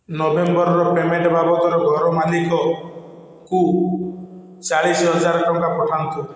ନଭେମ୍ବରର payment ବାବଦରେ ଘର ମାଲିକଙ୍କୁ ଚାଳିଶ ହଜାର ଟଙ୍କା ପଠାନ୍ତୁ